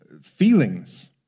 feelings